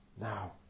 Now